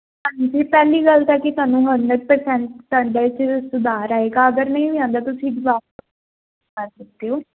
ਹਾਂਜੀ ਪਹਿਲੀ ਗੱਲ ਤਾਂ ਕੀ ਤੁਹਾਨੂੰ ਹੰਡਰਡ ਪ੍ਰਸੈਂਟ ਤੁਹਾਡੇ 'ਚ ਸੁਧਾਰ ਆਏਗਾ ਅਗਰ ਨਹੀਂ ਵੀ ਆਉਂਦਾ ਤੁਸੀਂ ਜਵਾਬ ਹੋ